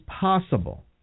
possible